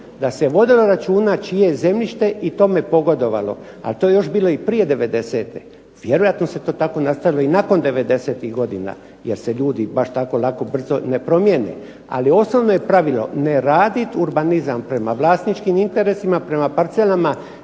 da se vodilo računa čije je zemljište i tome pogodovalo, ali to je još bilo i prije '90-te. Vjerojatno se to tako nastavilo i nakon '90-ih godina jer se ljudi baš tako lako brzo ne promijene. Ali osnovno je pravilo ne raditi urbanizam prema vlasničkim interesima, prema parcelama